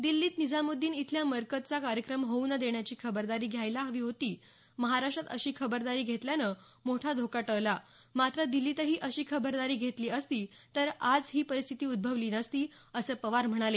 दिल्लीत निजामुद्दीन इथला मरकजचा कार्यक्रम होऊ न देण्याची खबरदारी घ्यायला हवी होती महाराष्ट्रात अशी खबरदारी घेतल्यानं मोठा धोका टळला मात्र दिल्लीतही अशी खबरदारी घेतली असती तर आज ही परिस्थिती उद्दवली नसत असं पवार म्हणाले